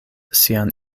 sian